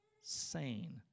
Sane